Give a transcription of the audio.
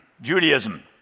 Judaism